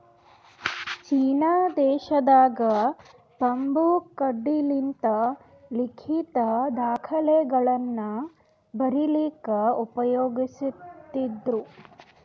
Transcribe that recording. China ದೇಶದಾಗ್ bamboo ಕಡ್ಡಿಲಿಂತ್ ಲಿಖಿತ್ ದಾಖಲೆಗಳನ್ನ ಬರಿಲಿಕ್ಕ್ ಉಪಯೋಗಸ್ತಿದ್ರು